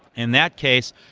in that case,